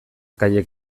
haiek